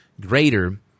greater